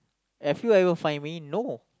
have you ever find me no